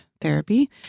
therapy